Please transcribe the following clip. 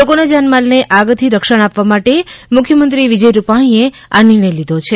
લોકોના જાનમાલને આગથી રક્ષણ આપવા માટે મુખ્યમંત્રી વિજય રૂપાણીએ નિર્ણય લીધો છે